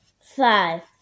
five